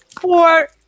Four